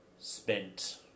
spent